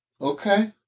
Okay